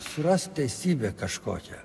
surast teisybę kažkokią